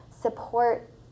support